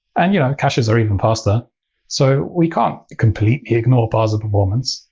and yeah, caches are even faster. so we can't completely ignore parser performance.